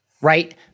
right